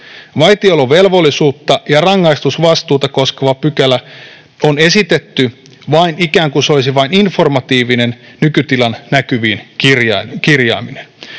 Vaitiolovelvollisuutta ja rangaistusvastuuta koskeva pykälä on esitetty ikään kuin se olisi vain informatiivinen nykytilan näkyviin kirjaaminen.